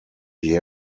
die